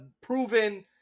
proven